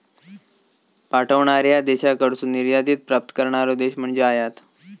पाठवणार्या देशाकडसून निर्यातीत प्राप्त करणारो देश म्हणजे आयात